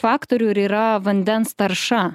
faktorių ir yra vandens tarša